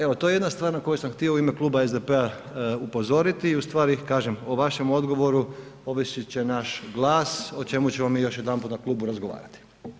Evo, to je jedna stvar na koju sam htio u ime Kluba SDP-a upozoriti i ustvari, kažem, o vašem odgovoru ovisit će naš glas o čemu ćemo mi još jedanput u klubu razgovarati.